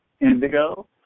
indigo